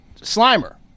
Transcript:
Slimer